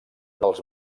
dels